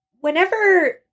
Whenever